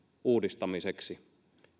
uudistamiseksi